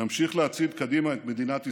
נמשיך להצעיד קדימה את מדינת ישראל,